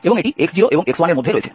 এবং এটি x0 এবং x1 এর মধ্যে রয়েছে